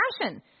passion